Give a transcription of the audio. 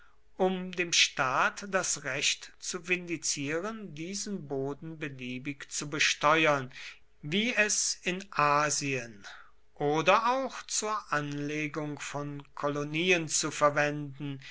um dem staat das recht zu vindizieren diesen boden beliebig zu besteuern wie es in asien oder auch zur anlegung von kolonien zu verwenden